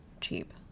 cheap